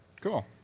Cool